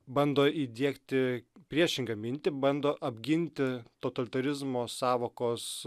bando įdiegti priešingą mintį bando apginti totalitarizmo sąvokos